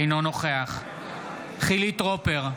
אינו נוכח חילי טרופר,